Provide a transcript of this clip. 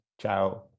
Ciao